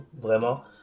vraiment